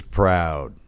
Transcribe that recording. proud